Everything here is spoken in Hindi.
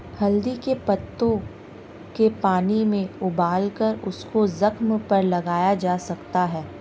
हल्दी के पत्तों के पानी में उबालकर उसको जख्म पर लगाया जा सकता है